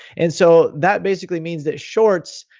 and so that basically means that shorts,